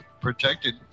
protected